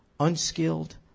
Unskilled